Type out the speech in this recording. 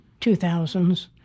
2000s